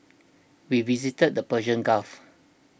we visited the Persian Gulf